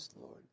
Lord